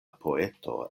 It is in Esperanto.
poeto